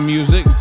Music